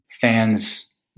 fans